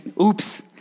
oops